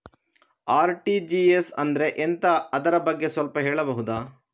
RTGS ಅಂದ್ರೆ ಎಂತ ಅದರ ಬಗ್ಗೆ ಸ್ವಲ್ಪ ಹೇಳಬಹುದ?